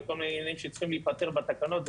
וכל מיני עניינים שצריכים להיפתר בתקנות,